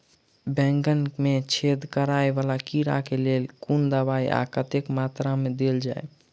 बैंगन मे छेद कराए वला कीड़ा केँ लेल केँ कुन दवाई आ कतेक मात्रा मे देल जाए?